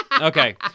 Okay